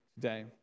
today